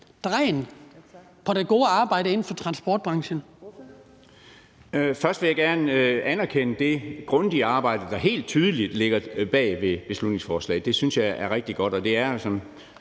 Ordføreren. Kl. 15:55 Henning Hyllested (EL): Først vil jeg gerne anerkende det grundige arbejde, der helt tydeligt ligger bag beslutningsforslaget. Det synes jeg er rigtig godt, og det er, som